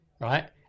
Right